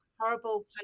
horrible